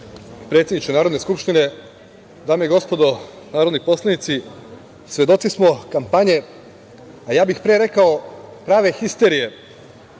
predsedniče Narodne skupštine. Dame i gospodo narodni poslanici, svedoci smo kampanje, a ja bih pre rekao prave histerije,